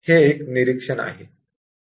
हे एक निरीक्षण आहे